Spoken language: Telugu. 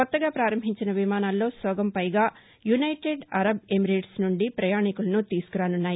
కొత్తగా ప్రారంభించిన విమానాల్లో సగంపైగా యునైటెడ్ అరబ్ ఎమిరేట్స్ నుండి ప్రయాణీకులను తీసుకురానున్నాయి